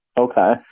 Okay